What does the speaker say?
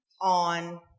on